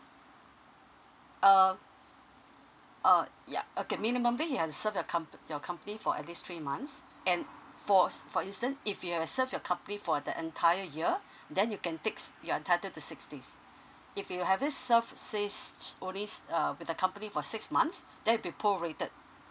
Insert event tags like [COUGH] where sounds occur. uh uh ya okay minimumly you have serve your compa~ your company for at least three months and for ins~ for instant if you have serve your company for the entire year [BREATH] then you can tix you are entitle to six days if you having serve says sh~ only s~ uh with the company for six months then it'll be pro rated